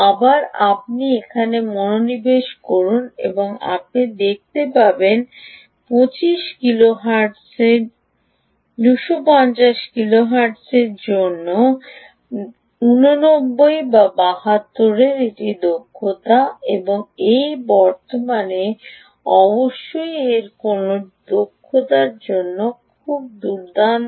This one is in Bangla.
আবার আপনি এখানে মনোনিবেশ করুন আপনি দেখতে পাবেন 250 কিলোহার্টজের জন্য 89 72 এটি দক্ষতা এবং অবশ্যই এর জন্য দক্ষতা সম্ভবত দুর্দান্ত